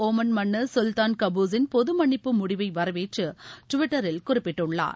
Oman மன்னர் கல்தான் கபுஸுன் பொது மன்னிப்பு முடிவை வரவேற்று டுவிட்டரில் குறிப்பிட்டுள்ளார்